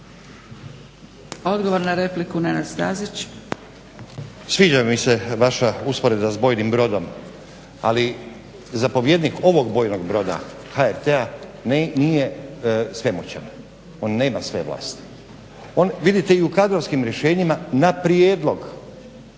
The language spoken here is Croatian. Stazić. **Stazić, Nenad (SDP)** Sviđa mi se vaša usporedba s bojnim brodom, ali zapovjednik ovog bojnog broda HRT-a nije svemoćan, on nema sve vlasti. On vidite i u kadrovskim rješenjima na prijedlog